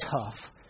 tough